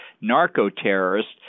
narco-terrorists